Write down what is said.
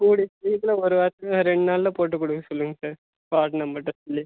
கூடிய சீக்கிரம் ஒரு வாரத்தில் ரெண்டு நாளில் போட்டுக் கொடுக்க சொல்லுங்கள் சார் வார்ட் மெம்பர்கிட்ட சொல்லி